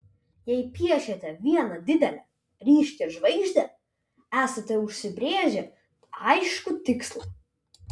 jei piešiate vieną didelę ryškią žvaigždę esate užsibrėžę aiškų tikslą